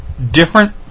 Different